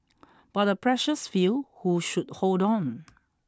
but a precious few who should hold on